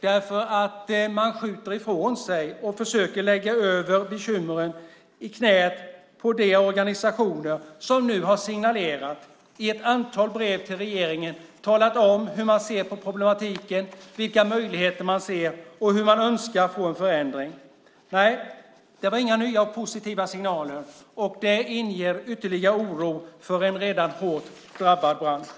Man skjuter bekymren ifrån sig och försöker lägga dem i knät på de organisationer som i ett antal brev till regeringen har talat om hur man ser på problemen, vilka möjligheter som finns och hur man önskar få en förändring. Nej, det var inga nya och positiva signaler. Det inger ytterligare oro för en redan hårt drabbad bransch.